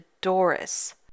Doris